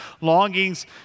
longings